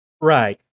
Right